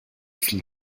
viel